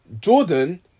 Jordan